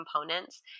components